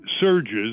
surges